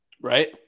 Right